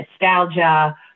nostalgia